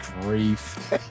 grief